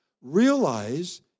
Realize